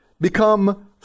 become